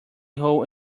hole